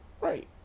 right